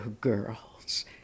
Girls